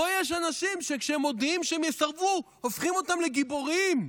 פה יש אנשים שכשהם מודיעים שהם יסרבו הופכים אותם לגיבורים,